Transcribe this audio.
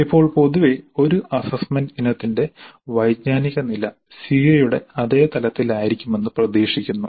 ഇപ്പോൾ പൊതുവേ ഒരു അസ്സസ്സ്മെന്റ് ഇനത്തിന്റെ വൈജ്ഞാനിക നില CO യുടെ അതേ തലത്തിലായിരിക്കുമെന്ന് പ്രതീക്ഷിക്കുന്നു